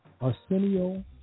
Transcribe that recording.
Arsenio